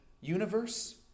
Universe